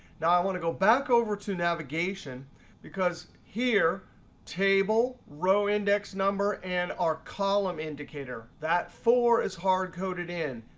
now i want to go back over to navigation because here table, row index number, and our column indicator, that four is hard coded in.